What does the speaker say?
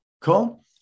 Cool